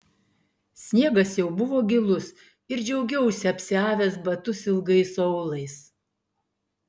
sniegas jau buvo gilus ir džiaugiausi apsiavęs batus ilgai aulais